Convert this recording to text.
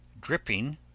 dripping